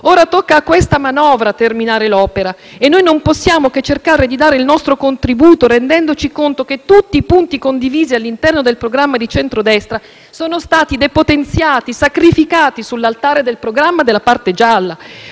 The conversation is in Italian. ora tocca a questa manovra terminare l'opera. Noi non possiamo che cercare di dare il nostro contributo, rendendoci conto del fatto che tutti i punti condivisi all'interno del programma di centro-destra sono stati depotenziati e sacrificati sull'altare del programma della parte gialla.